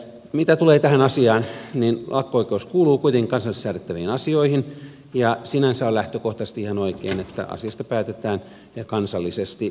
mitä tulee tähän asiaan niin lakko oikeus kuuluu kuitenkin kansallisesti säädettäviin asioihin ja sinänsä on lähtökohtaisesti ihan oikein että asiasta päätetään kansallisesti